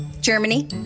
Germany